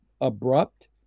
abrupt